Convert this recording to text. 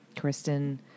Kristen